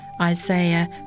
Isaiah